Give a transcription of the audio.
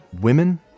Women